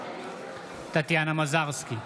טטיאנה מזרסקי,